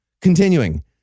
Continuing